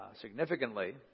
significantly